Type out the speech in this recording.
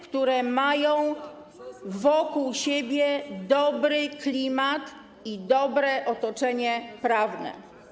które mają wokół siebie dobry klimat i dobre otoczenie prawne.